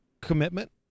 commitment